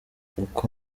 uko